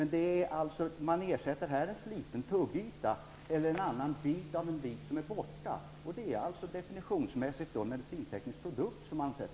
Nu talar vi i stället om att man ersätter en sliten tuggyta eller en bit som är borta. Definitionsmässigt sätter man in en medicinteknisk produkt.